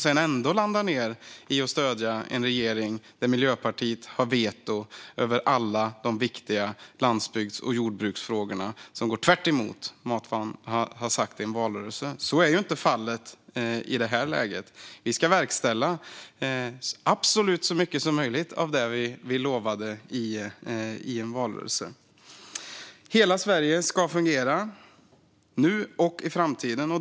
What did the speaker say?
Sedan landar man ändå i att stödja en regering där Miljöpartiet har veto över alla de viktiga landsbygds och jordbruksfrågorna, och det går tvärtemot vad man har sagt i en valrörelse. Så är inte fallet i detta läge. Vi ska absolut verkställa så mycket som möjligt av det vi lovade i en valrörelse. Hela Sverige ska fungera nu och i framtiden.